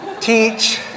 teach